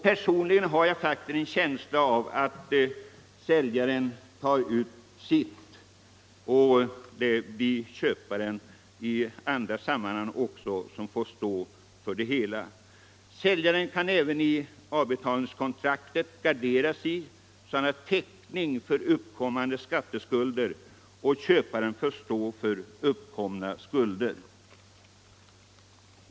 Personligen har jag en känsla av att säljaren tar ut sitt och att det blir köparen som får stå för det hela. Säljaren kan även i avbetalningskontraktet gardera sig så att han har täckning för uppkommande skatteskulder, och köparen får stå för uppkomna skatteskulder.